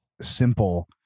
simple